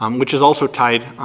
um which is also tied,